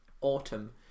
autumn